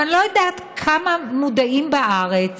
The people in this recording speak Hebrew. אבל אני לא יודעת כמה מודעים בארץ